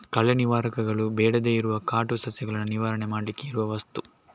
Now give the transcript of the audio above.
ಕಳೆ ನಿವಾರಕಗಳು ಬೇಡದೇ ಇರುವ ಕಾಟು ಸಸ್ಯಗಳನ್ನ ನಿವಾರಣೆ ಮಾಡ್ಲಿಕ್ಕೆ ಇರುವ ವಸ್ತು